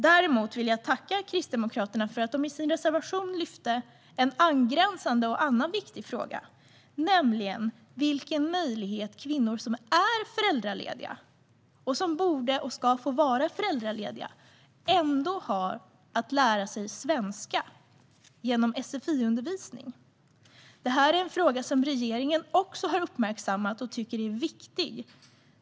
Däremot vill jag tacka Kristdemokraterna för att de i sin reservation lyfte fram en angränsande och annan viktig fråga, nämligen vilken möjlighet kvinnor som är föräldralediga - och som borde och ska få vara föräldralediga - har att lära sig svenska genom sfi-undervisning. Detta är en fråga som regeringen också har uppmärksammat och tycker är viktig.